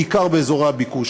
בעיקר באזורי הביקוש,